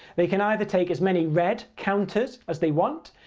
they can either take as many red counters as they want,